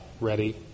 ready